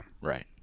Right